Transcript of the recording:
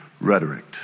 rhetoric